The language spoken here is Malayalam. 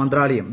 മന്ത്രാലയം